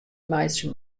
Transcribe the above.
meitsje